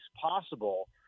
possible